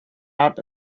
out